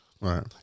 Right